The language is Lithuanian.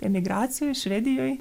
emigracijoj švedijoj